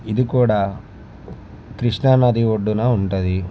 ఇది కూడా కృష్ణా నది ఒడ్డున ఉంటుంది